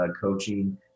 coaching